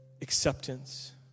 acceptance